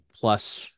plus